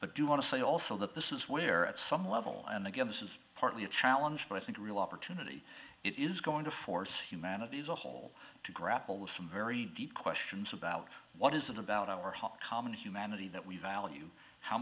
but do you want to say also that this is where at some level and again this is partly a challenge but i think a real opportunity it is going to force humanity as a whole to grapple with some very deep questions about what is it about our common humanity that we value how